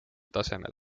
tasemel